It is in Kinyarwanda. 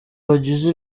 bagize